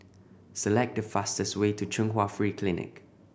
select the fastest way to Chung Hwa Free Clinic